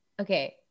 Okay